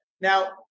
Now